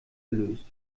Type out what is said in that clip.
gelöst